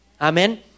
Amen